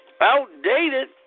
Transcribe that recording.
Outdated